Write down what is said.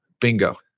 Bingo